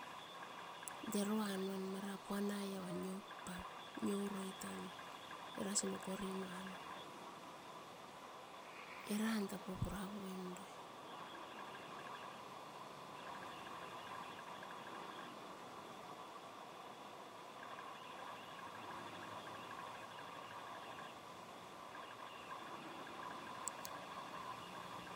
Deroan nuan mara puanaivan niopam nioroitan erasin okorinuano, eran tapu purapavoimdoit.